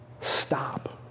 stop